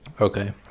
Okay